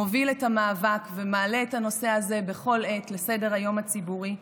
מוביל את המאבק ומעלה את הנושא הזה בכל עת על סדר-היום הציבורי,